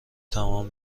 تمام